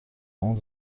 اون